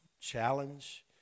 challenge